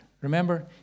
Remember